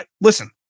listen